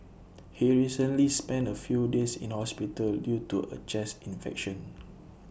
he recently spent A few days in hospital due to A chest infection